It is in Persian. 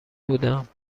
بودم